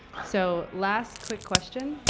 so last quick question,